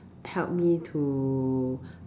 help me to